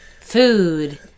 Food